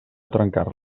trencar